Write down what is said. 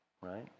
right